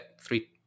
three